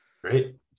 Great